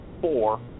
four